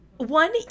One